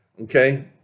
Okay